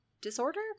Disorder